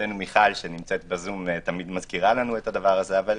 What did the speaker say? חברתנו מיכל בזום תמיד מזכירה לנו את זה, אבל